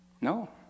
no